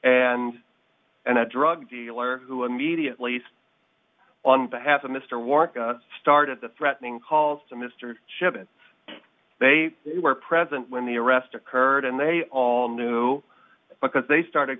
and and a drug dealer who immediately on behalf of mr war started the threatening calls to mr shipman they were present when the arrest occurred and they all knew because they started